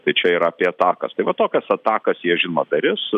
tai čia yra apie atakas tai va tokias atakas jie žinoma darys